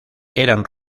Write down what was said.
eran